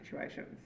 situations